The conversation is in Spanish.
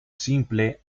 simple